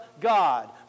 God